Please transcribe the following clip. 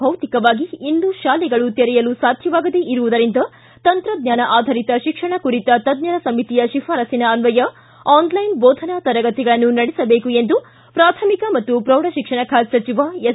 ಭೌತಿಕವಾಗಿ ಇನ್ನೂ ಶಾಲೆಗಳು ತೆರೆಯಲು ಸಾಧ್ಯವಾಗದೇ ಇರುವುದರಿಂದ ತಂತ್ರಜ್ಞಾನ ಆಧರಿತ ಶಿಕ್ಷಣ ಕುರಿತ ತಜ್ಞರ ಸಮಿತಿಯ ಶಿಫಾರಸ್ಸಿನ ಅನ್ವಯ ಆನ್ಲೈನ್ ಬೋಧನಾ ತರಗತಿಗಳನ್ನು ನಡೆಸಬೇಕು ಎಂದು ಪ್ರಾಥಮಿಕ ಮತ್ತು ಪ್ರೌಢಶಿಕ್ಷಣ ಖಾತೆ ಸಚಿವ ಎಸ್